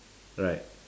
right